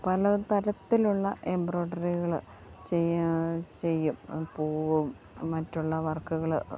പലതരത്തിലുള്ള എംബ്രോയിഡറികൾ ചെയ്യുക ചെയ്യും പൂവും മറ്റുള്ള വർക്കുകൾ